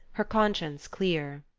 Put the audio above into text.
her conscience clear.